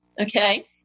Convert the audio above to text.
Okay